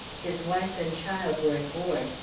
his wife and child were aboard.